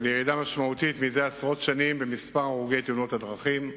זה עשרות שנים במספר ההרוגים בתאונות דרכים.